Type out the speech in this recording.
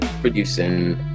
producing